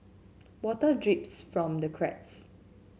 water drips from the cracks